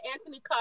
Anthony